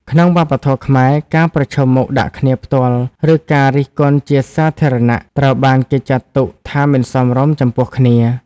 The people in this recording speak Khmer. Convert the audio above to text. ក្នុងវប្បធម៌ខ្មែរ ការប្រឈមមុខដាក់គ្នាផ្ទាល់ ឬការរិះគន់ជាសាធារណៈ ត្រូវបានគេចាត់ទុកថាមិនសមរម្យចំពោះគ្នា។